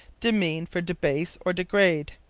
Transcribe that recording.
demean for debase or degrade.